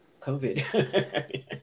COVID